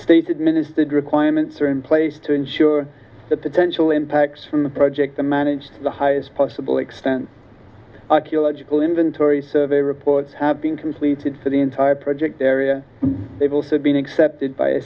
state administered requirements are in place to ensure the potential impacts from the project to manage the highest possible extent archeological inventory survey reports have been completed for the entire project area they've also been accepted by